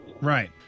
right